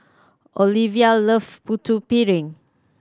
Oliva love Putu Piring